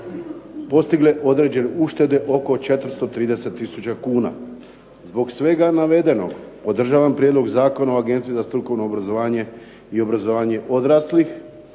postigle određene uštede oko 430 tisuća kuna. Zbog svega navedenog podržavam Prijedlog zakona o Agenciji za strukovno obrazovanje i obrazovanje odraslih